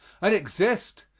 and exist,